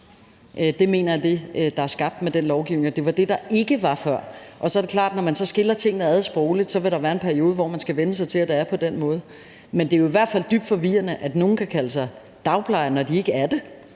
mener jeg er skabt med den lovgivning – og det var det, der ikke var før. Så er det klart, at når man så skiller tingene ad sprogligt, vil der være en periode, hvor man skal vænne sig til, at det er på den måde. Men det er jo i hvert fald dybt forvirrende, at nogle kan kalde sig dagplejere, når de ikke er det.